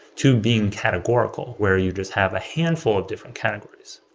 to being categorical, where you just have a handful of different categories.